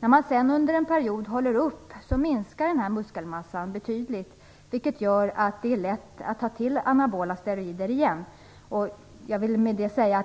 När man sedan gör uppehåll i användandet av anabola steroider minskar muskelmassan betydligt, vilket gör att det är lätt att ta till anabola steroider igen. Jag vill förklara